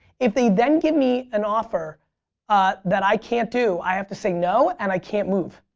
if they then give me an offer that i can't do i have to say no and i can't move.